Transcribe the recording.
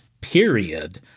period